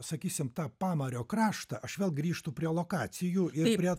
sakysim tą pamario kraštą aš vėl grįžtu prie lokacijų ir prie